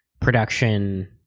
production